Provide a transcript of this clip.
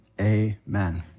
amen